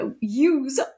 use